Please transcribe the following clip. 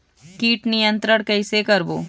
कीट नियंत्रण कइसे करबो?